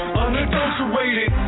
unadulterated